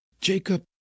Jacob